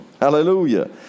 Hallelujah